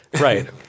Right